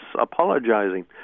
apologizing